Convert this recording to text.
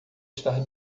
estar